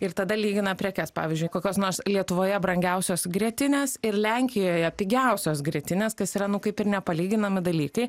ir tada lygina prekes pavyzdžiui kokios nors lietuvoje brangiausios grietinės ir lenkijoje pigiausios grietinės kas yra nu kaip ir nepalyginami dalykai